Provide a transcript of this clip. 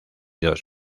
dos